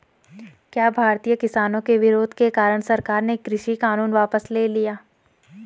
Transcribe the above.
क्या भारतीय किसानों के विरोध के कारण सरकार ने कृषि कानून वापस ले लिया?